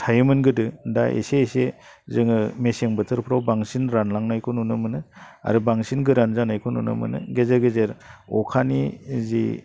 थायोमोन गोदो दा एसे एसे जोङो मेसें बोथोरफ्राव बांसिन रानलांनायखौ नुनो मोनो आरो बांसिन गोरान जानायखौ नुनो मोनो गेजेर गेजेर अखानि जि